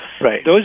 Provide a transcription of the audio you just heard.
right